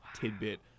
tidbit